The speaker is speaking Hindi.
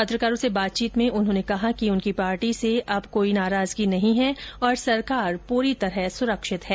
पत्रकारों से बातचीत में उन्होंने कहा कि उनकी पार्टी से अब कोई नाराजगी नहीं है और सरकार पूरी तरह सुरक्षित है